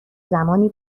زمانی